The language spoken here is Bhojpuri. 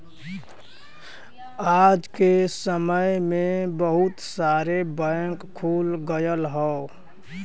आज के समय में बहुत सारे बैंक खुल गयल हौ